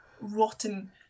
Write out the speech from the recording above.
rotten